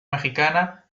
mexicana